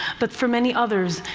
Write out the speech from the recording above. but for many others,